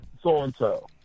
so-and-so